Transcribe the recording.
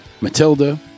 Matilda